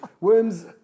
Worms